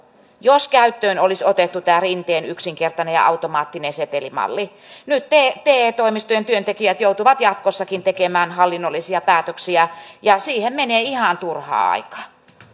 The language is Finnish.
jos käyttöön olisi otettu tämä rinteen yksinkertainen ja automaattinen setelimalli nyt te te toimistojen työntekijät joutuvat jatkossakin tekemään hallinnollisia päätöksiä ja siihen menee ihan turhaan aikaa